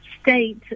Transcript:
state